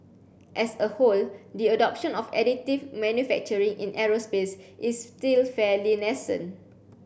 as a whole the adoption of additive manufacturing in aerospace is still fairly nascent